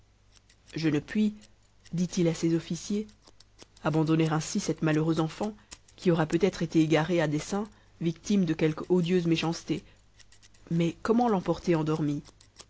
je ne puis dit-il à ses officiers abandonner ainsi cette malheureuse enfant qui aura peut-être été égarée à dessein victime de quelque odieuse méchanceté mais comment l'emporter endormie